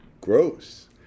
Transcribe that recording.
gross